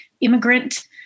immigrant